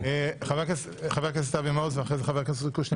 חבר הכנסת אבי מעוז ואחרי זה חבר הכנסת קושניר,